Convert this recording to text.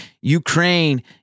Ukraine